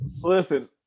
Listen